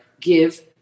Give